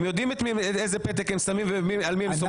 הם יודעים איזה פתק הם שמים ועל מי הם סומכים.